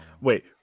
wait